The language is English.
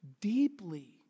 deeply